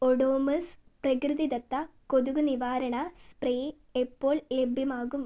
ഒഡോമോസ് പ്രകൃതിദത്ത കൊതുക് നിവാരണ സ്പ്രേ എപ്പോൾ ലഭ്യമാകും